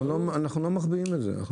אנחנו לא מחביאים את זה.